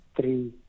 three